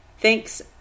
Thanks